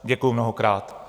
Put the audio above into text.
Děkuji mnohokrát.